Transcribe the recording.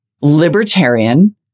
libertarian